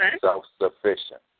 self-sufficient